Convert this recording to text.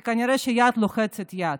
כי כנראה שיד רוחצת יד.